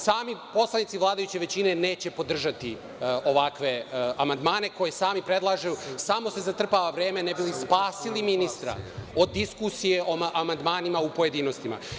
Sami poslanici vladajuće većine neće podržati ovakve amandmane koje sami predlažu, samo se zatrpava vreme ne bi li spasili ministra od diskusije o amandmanima u pojedinostima.